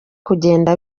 kugenda